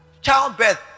childbirth